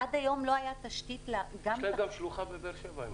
עד היום לא הייתה תשתית -- הייתה גם שלוחה בבאר-שבע.